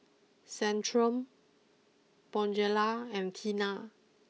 Centrum Bonjela and Tena